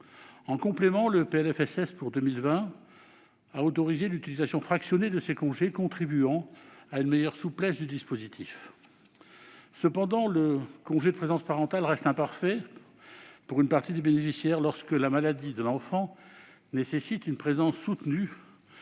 sécurité sociale pour 2020 a autorisé l'utilisation fractionnée de ces congés, contribuant à une meilleure souplesse du dispositif. Cependant, le congé de présence parentale reste imparfait pour une partie des bénéficiaires, lorsque la maladie de l'enfant nécessite une présence soutenue